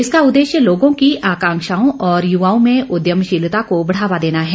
इसका उद्देश्य लोगों की आकांक्षाओं और युवाओं में उद्यमशीलता को बढ़ावा देना है